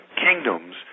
kingdoms